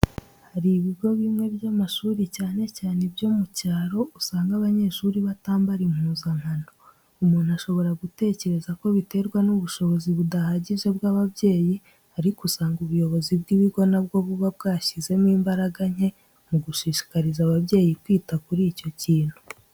Hari ibigo bimwe by'amashuri cyane cyane ibyo mu cyaro usanga abanyeshuri batambara impuzankano, umuntu ashobora gutekereza ko biterwa n'ubushobozi budahagije bw'ababyeyi ariko usanga ubuyobozi bw'ibigo na bwo buba bwashyizemo imbaraga nke mu gushishikariza ababyeyi kwita kuri icyo kintu.